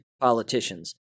politicians